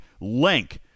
link